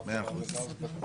מה קרה לנאסד"ק,